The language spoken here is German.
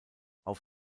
auf